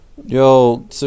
Yo